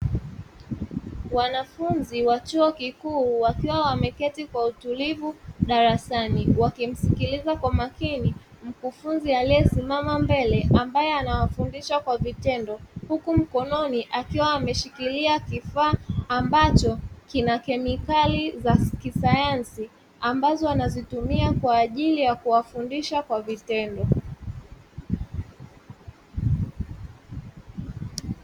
Wanafunzi wa chuo kikuu wakiwa wameketi kwa utulivu darasani, wakimsikiliza kwa makini mkufunzi aliyesimama mbele ambaye anawafundisha kwa vitendo. Huku mkononi akiwa ameshikilia kifaa ambacho kina kemikali za kisayansi, ambazo anazitumia kwa ajili ya kuwafundisha kwa vitendo.